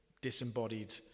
disembodied